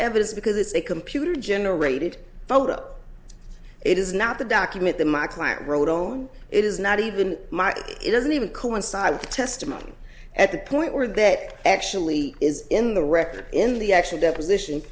evidence because it's a computer generated photo it is not the document that my client wrote on it is not even my it doesn't even coincide with the testimony at the point where that actually is in the record in the actual deposition